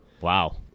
Wow